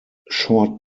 short